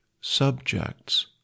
subjects